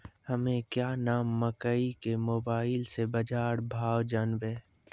हमें क्या नाम मकई के मोबाइल से बाजार भाव जनवे?